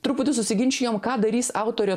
truputį susiginčijom ką darys autorė